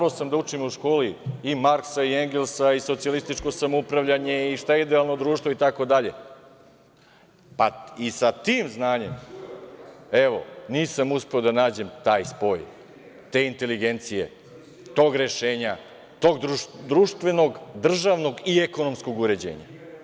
Morao sam da učim u školi i Marksa i Engelsa i socijalističko samoupravljanje i šta je idealno društvo itd, pa i sa tim znanjem nisam uspeo da nađem taj spoj te inteligencije, tog rešenja, tog društvenog, državnog i ekonomskog uređenja.